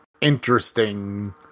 interesting